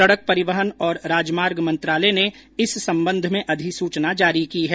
सड़क परिवहन और राजमार्ग मंत्रालय ने इस संबंध में अधिसूचना जारी की है